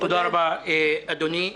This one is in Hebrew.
תודה רבה, אדוני.